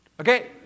Okay